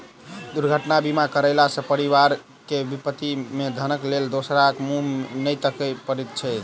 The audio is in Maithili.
दुर्घटना बीमा करयला सॅ परिवार के विपत्ति मे धनक लेल दोसराक मुँह नै ताकय पड़ैत छै